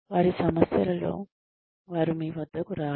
వారి సమస్యలతో వారు మీ వద్దకు రారు